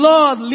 Lord